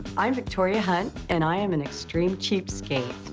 i'm victoria hunt, and i am an extreme cheapskate.